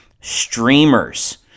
streamers